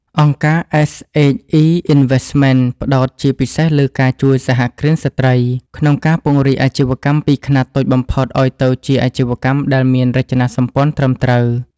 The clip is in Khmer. អង្គការ SHE Investments ផ្ដោតជាពិសេសលើការជួយ "សហគ្រិនស្រ្តី" ក្នុងការពង្រីកអាជីវកម្មពីខ្នាតតូចបំផុត ឱ្យទៅជាអាជីវកម្មដែលមានរចនាសម្ព័ន្ធត្រឹមត្រូវ។